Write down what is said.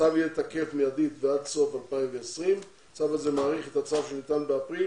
הצו יהיה תקף מיידית ועד סוף 2020. הצו הזה מאריך את הצו שניתן באפריל